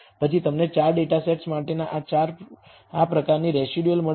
પછી તમને 4 data sets માટેના આ પ્રકારની રેસિડયુઅલ મળશે